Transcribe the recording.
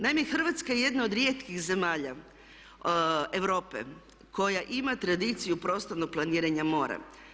Naime, Hrvatska je jedna od rijetkih zemalja Europe koja ima tradiciju prostornog planiranja morem.